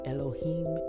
Elohim